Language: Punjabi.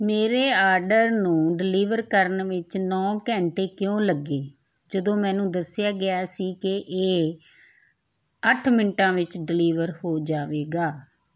ਮੇਰੇ ਆਰਡਰ ਨੂੰ ਡਿਲੀਵਰ ਕਰਨ ਵਿੱਚ ਨੌਂ ਘੰਟੇ ਕਿਉਂ ਲੱਗੇ ਜਦੋਂ ਮੈਨੂੰ ਦੱਸਿਆ ਗਿਆ ਸੀ ਕਿ ਇਹ ਅੱਠ ਮਿੰਟਾਂ ਵਿੱਚ ਡਿਲੀਵਰ ਹੋ ਜਾਵੇਗਾ